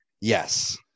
yes